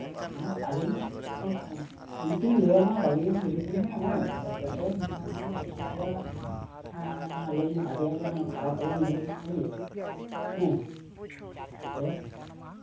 ᱢᱟᱱᱮ ᱵᱷᱟᱜᱮ ᱧᱚᱜ ᱤᱧ ᱛᱚᱧ ᱞᱟᱹᱭ ᱟᱢᱟ ᱵᱷᱟᱜᱮ ᱧᱚᱜ ᱡᱩᱞᱩᱯ ᱤᱧ ᱢᱮ ᱦᱮᱸ ᱡᱟᱛᱮ ᱢᱳᱴᱟᱢᱩᱴᱤ ᱚᱥᱩᱵᱤᱫᱷᱟ ᱟᱞᱚ ᱵᱤᱱ ᱵᱷᱟᱜᱮ ᱠᱷᱟᱨᱟᱯ ᱟᱞᱚ ᱦᱩᱭᱩᱜ ᱢᱟ ᱴᱷᱤᱠ ᱜᱮᱭᱟ ᱦᱮᱸ ᱛᱳ